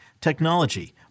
technology